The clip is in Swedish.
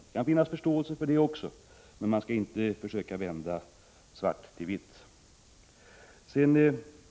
Det kan finnas förståelse för det också, men man skall inte försöka göra svart till vitt.